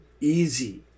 easy